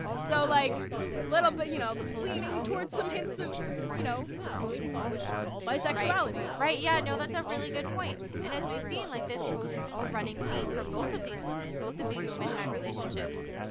so like but you know leaning towards some hints of you know, what we would call bisexuality, right? yeah. no, that's a really good point. and as we've seen like this this is a running theme for both of these women. both of these women had relationships.